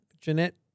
Jeanette